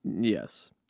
Yes